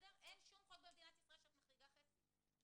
אין שום חוק במדינת ישראל שמחריג חצי.